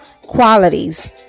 Qualities